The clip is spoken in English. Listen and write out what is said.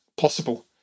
possible